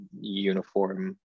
uniform